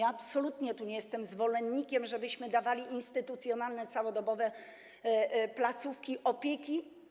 Absolutnie nie jestem zwolennikiem tego, żebyśmy dawali instytucjonalne całodobowe placówki opieki.